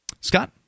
Scott